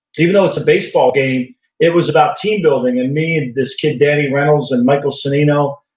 even though it's a baseball game it was about team building, and me and this kid danny reynolds, and michael seneno,